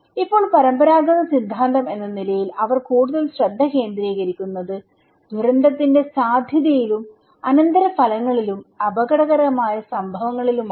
ഇപ്പോൾ പരമ്പരാഗത സിദ്ധാന്തം എന്ന നിലയിൽ അവർ കൂടുതൽ ശ്രദ്ധ കേന്ദ്രീകരിക്കുന്നത് ദുരന്തത്തിന്റെ സാധ്യതയിലും അനന്തരഫലങ്ങളിലും അപകടകരമായ സംഭവങ്ങളിലുമാണ്